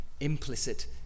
implicit